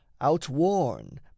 Outworn